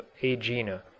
Aegina